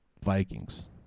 Vikings